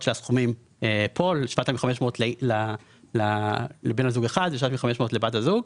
של הסכומים; 7,500 ₪ לבן הזוג ו-7,500 ₪ לבת הזוג.